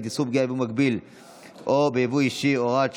(איסור פגיעה ביבוא מקביל או ביבוא אישי) (הוראת שעה),